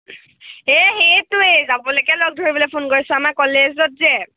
এই সেইয়টোৱ এই যাবলৈকে লগ ধৰিবলে ফোন কৰিছোঁ আমাৰ কলেজত যে